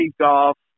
golf